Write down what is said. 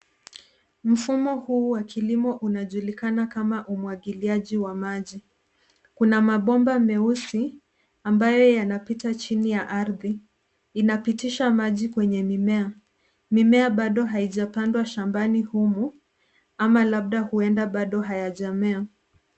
Mfumo huu wa kilimo inajulikana kama umwagiliaji wa maji. Kuna mabomba meusi ambaye yanapita chini ya ardhi. Inapitisha maji kwenye mimea. Mimea bado haijapandwa shambani humu, ama labda huenda bado hayajamea.